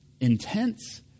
intense